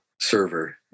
server